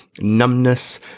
numbness